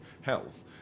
health